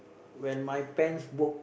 when my pants broke